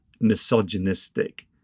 misogynistic